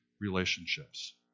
relationships